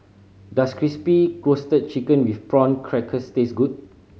does Crispy Roasted Chicken with Prawn Crackers taste good